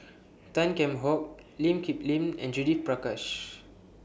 Tan Kheam Hock Lee Kip Lin and Judith Prakash